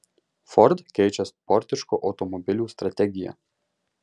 ford keičia sportiškų automobilių strategiją